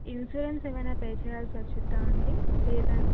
insurance ఏమయినా pay చేయాల్సి వస్తుందా అండి లేదా